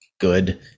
good